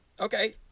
Okay